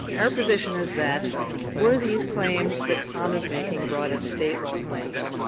our position is that were these claims that pom is making brought as state law claims,